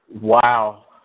Wow